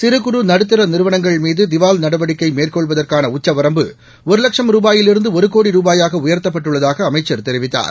சிறு குறு நடுத்தர நிறுவனங்கள் மீது திவால் நடவடிக்கை மேற்கொள்வற்கான உச்சவரம்பு ஒரு வட்சும் ரூபாயிலிருந்து ஒரு கோடி ரூபாயாக உயர்த்தப்பட்டுள்ளதாகத் அமைச்சர் தெரிவித்தார்